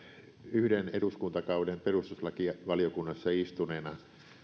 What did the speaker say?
yhden eduskuntakauden perustuslakivaliokunnassa istuneena tunnen